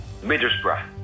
Middlesbrough